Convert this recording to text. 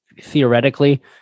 Theoretically